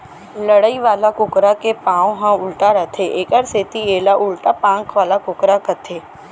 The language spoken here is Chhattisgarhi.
लड़ई वाला कुकरा के पांख ह उल्टा रथे एकर सेती एला उल्टा पांख वाला कुकरा कथें